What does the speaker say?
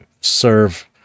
serve